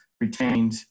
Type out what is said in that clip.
retained